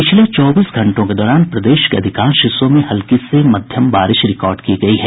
पिछले चौबीस घंटों के दौरान प्रदेश के अधिकांश हिस्सों में हल्की से मध्यम बारिश रिकार्ड की गयी है